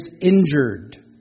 injured